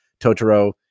Totoro